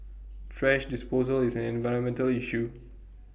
thrash disposal is an environmental issue